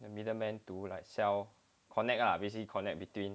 the middleman to like sell connect lah basically connect between